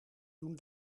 doen